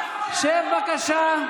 בבקשה.